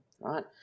right